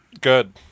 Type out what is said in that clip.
good